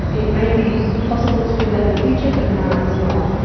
it may be possible to do that in the future, but now it's not.